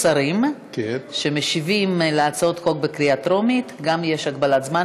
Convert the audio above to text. לשרים שמשיבים על הצעות חוק לקריאה טרומית גם יש הגבלת זמן,